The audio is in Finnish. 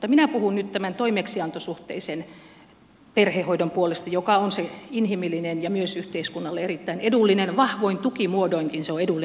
mutta minä puhun nyt toimeksiantosuhteisen perhehoidon puolesta joka on se inhimillinen ja myös yhteiskunnalle erittäin edullinen vahvoin tukimuodoinkin se on edullinen hoitomuoto